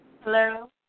Hello